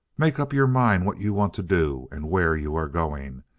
make up your mind what you want to do and where you are going.